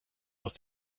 aus